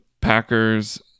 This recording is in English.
Packers